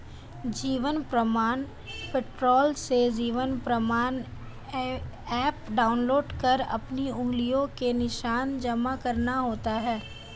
जीवन प्रमाण पोर्टल से Jeevan Pramaan app download कर अपनी उंगलियों के निशान जमा करना होता है